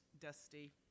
Dusty